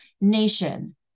nation